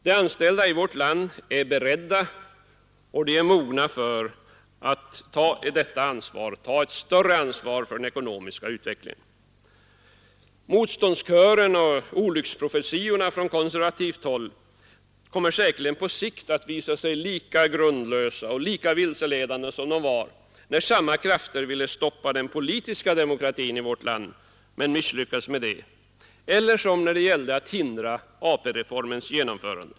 De anställda i vårt land är beredda och mogna att ta ett större ansvar för denna ekonomiska utveckling. Motståndskören och olycksprofetiorna från konservativt håll kommer säkerligen på sikt att visa sig lika grundlösa och lika vilseledande som de var när samma krafter ville stoppa den politiska demokratin i vårt land 55 men misslyckades med det eller som när det gällde att hindra ATP-reformens genomförande.